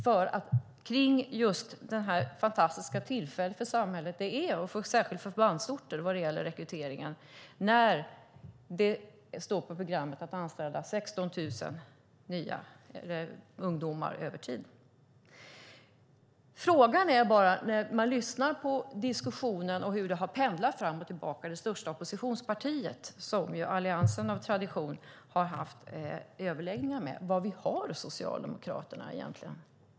Det är ett fantastiskt tillfälle, särskilt för förbandsorter, vad gäller rekryteringen när det står på programmet att det ska anställas 16 000 ungdomar över tid. Frågan är bara var vi egentligen har Socialdemokraterna. Det kan man undra när man lyssnar på diskussionen och ser hur det har pendlat fram och tillbaka. Det är det största oppositionspartiet, som Alliansen av tradition har haft överläggningar med.